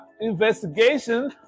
investigation